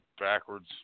backwards